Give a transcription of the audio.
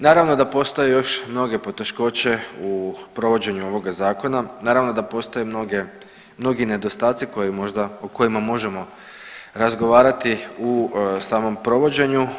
Naravno da postoje još mnoge poteškoće u provođenju ovoga zakona, naravno da postoje mnoge, mnogi nedostaci koji možda, o kojima možemo razgovarati u samom provođenju.